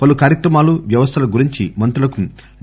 పలు కార్యక్రమాలు వ్యవస్థల గురించి మంత్రులకు డి